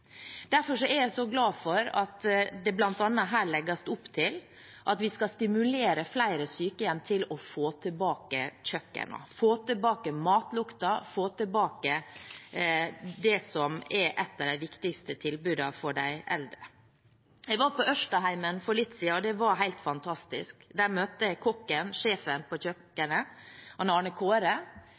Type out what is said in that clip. er jeg så glad for at det bl.a. her legges opp til at vi skal stimulere flere sykehjem til å få tilbake kjøkkenet, få tilbake matlukten, få tilbake det som er et av de viktigste tilbudene for de eldre. Jeg var på Ørstaheimen for litt siden, og det var helt fantastisk. Der møtte jeg kokken, sjefen på kjøkkenet, Arne